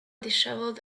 dishevelled